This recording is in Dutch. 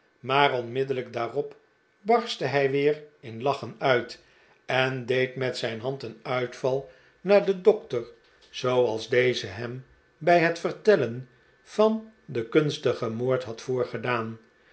maar onmiddellijk daarop barstte hij weer in lachen uit en deed met zijn hand een uitval naar den dokter zooals deze hem bij het vertellen van den kunstigen moord had